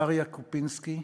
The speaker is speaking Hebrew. אריה קופינסקי,